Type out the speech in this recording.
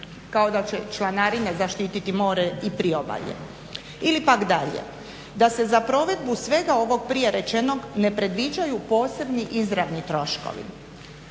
kao da će članarine zaštiti more i priobalje ili pak dalje "da se za provedbu svega ovog prije rečenog ne predviđaju posebni izravni troškovi".